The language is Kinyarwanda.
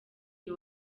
uyu